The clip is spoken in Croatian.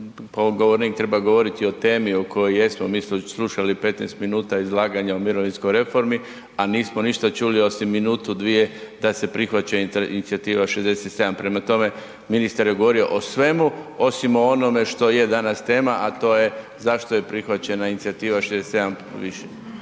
u kojem govornik treba govoriti o temi o kojoj jesmo mi slušali 15 minuta izlaganja o mirovinskoj reformi, a nismo ništa čuli osim minutu, dvije da se prihvaća inicijativa 67. Prema tome, ministar je govorio o svemu osim o onome što je danas tema, a to je zašto je prihvaćena inicijativa 67